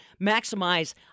maximize